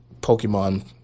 Pokemon